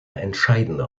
entscheidende